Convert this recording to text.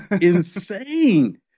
insane